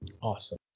Awesome